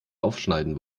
aufschneiden